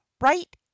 right